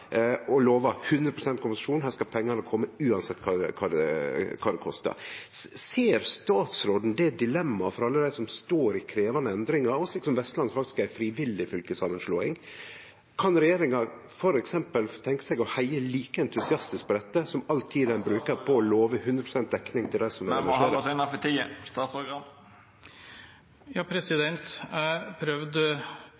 og lovar 100 pst. kompensasjon, her skal pengane kome uansett kva det kostar. Ser statsråden dilemmaet for alle dei som står i krevjande endringar, som Vestland, som faktisk er ei frivillig fylkessamanslåing? Kan regjeringa f.eks. tenkje seg å heie like entusiastisk på dette, sett i forhold til all den tida ein brukar på å love 100 pst. dekning til dei som vil splitte opp? Me må halda oss innanfor tida.